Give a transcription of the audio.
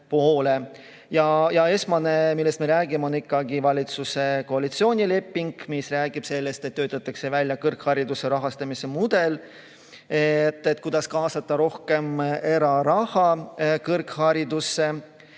poole. Esmane, millest me räägime, on ikkagi valitsuse koalitsioonileping, mis räägib sellest, et töötatakse välja kõrghariduse rahastamise mudel, kuidas kaasata kõrgharidusse